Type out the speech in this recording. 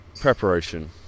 Preparation